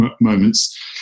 moments